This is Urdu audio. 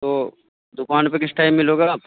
تو دکان پہ کس ٹائم ملو گا آپ